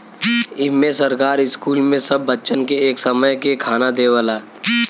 इम्मे सरकार स्कूल मे सब बच्चन के एक समय के खाना देवला